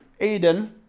Aiden